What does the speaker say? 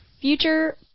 future